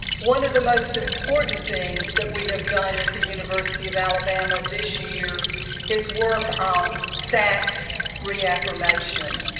one of the most important things that we have done at the university of alabama this year is work on sacs reaffirmation.